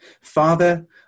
Father